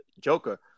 Joker